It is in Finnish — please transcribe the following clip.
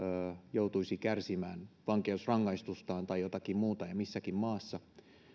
joutuisi kärsimään vankeusrangaistustaan tai jotakin muuta ja missäkin maassa